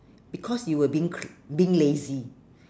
because you were being cr~ being lazy